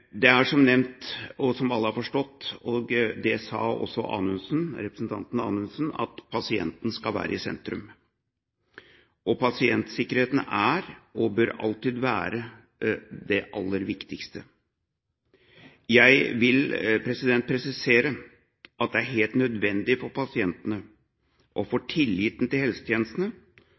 Som nevnt, og som alle har forstått, og det sa også representanten Anundsen: Pasienten skal være i sentrum. Pasientsikkerheten er, og bør alltid være, det aller viktigste. Jeg vil presisere at det er helt nødvendig for pasientene, og for tilliten til